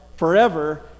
Forever